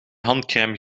handcrème